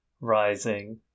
rising